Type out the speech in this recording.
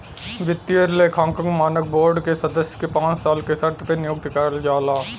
वित्तीय लेखांकन मानक बोर्ड के सदस्य के पांच साल के शर्त पे नियुक्त करल जाला